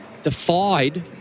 defied